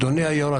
אדוני היושב-ראש,